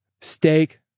steak